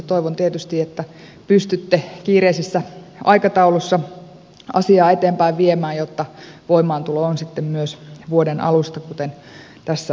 toivon tietysti että pystytte kiireisessä aikataulussa asiaa eteenpäin viemään jotta voimaantulo on sitten myös vuoden alusta kuten tässä on kaavailtu